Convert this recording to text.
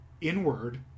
inward